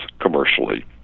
commercially